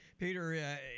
Peter